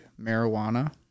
marijuana